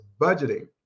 budgeting